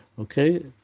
Okay